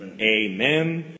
Amen